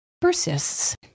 persists